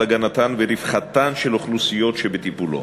הגנתן ורווחתן של אוכלוסיות שבטיפולו.